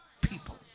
people